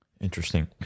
Interesting